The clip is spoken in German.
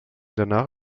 danach